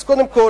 אז קודם כול,